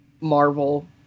Marvel